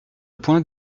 point